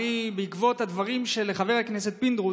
בעקבות הדברים של חבר הכנסת פינדרוס,